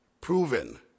proven